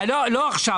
לא עכשיו.